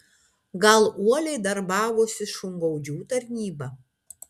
gal uoliai darbavosi šungaudžių tarnyba